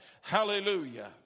Hallelujah